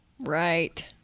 Right